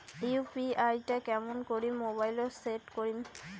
UPI টা কেমন করি মোবাইলত সেট করিম?